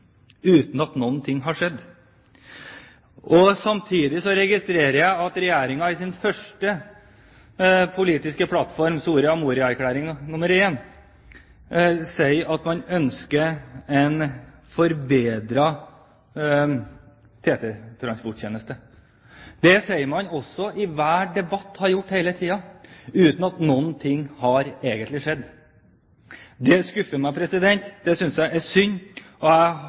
uten at noe har skjedd. Samtidig registrerer jeg at Regjeringen i sin første politiske plattform, Soria Moria I, sier at man ønsker en forbedret TT-tjeneste. Det sier man også i hver debatt – og har gjort det hele tiden – uten at noe egentlig har skjedd. Det skuffer meg. Det synes jeg er synd. Jeg håper at nåværende samferdselsminister, og